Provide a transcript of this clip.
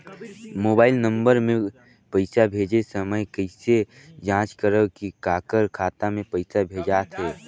Mobile number मे पइसा भेजे समय कइसे जांच करव की काकर खाता मे पइसा भेजात हे?